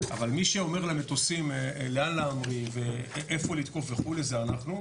אבל מי שאומר למטוסים לאן להמריא ואיפה לתקוף וכולי זה אנחנו,